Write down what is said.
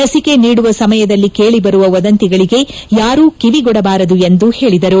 ಲಸಿಕೆ ನೀಡುವ ಸಮಯದಲ್ಲಿ ಕೇಳಬರುವ ವದಂತಿಗಳಿಗೆ ಯಾರೂ ಕಿವಿಗೊಡಬಾರದು ಎಂದರು